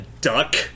Duck